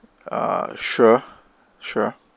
uh sure sure